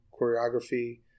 choreography